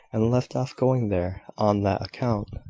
and left off going there on that account.